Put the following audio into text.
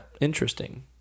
interesting